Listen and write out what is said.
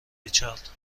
ریچارد